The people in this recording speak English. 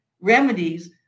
remedies